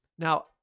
Now